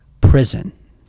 prison